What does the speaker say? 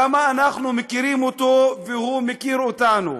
כמה אנחנו מכירים אותו והוא מכיר אותנו.